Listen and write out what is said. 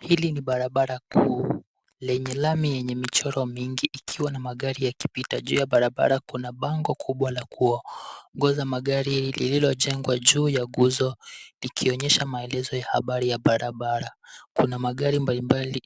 Hili ni barabara kuu lenye lami yenye michoro mingi ikiwa na magari yakipita. Juu ya barabara kuna bango kubwa la kuongoza magari lililojengwa juu ya nguzo likionyesha maelezo ya habari ya barabara. Kuna magari mbali mbali